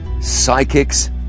psychics